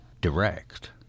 direct